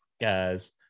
guys